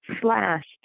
slashed